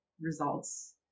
results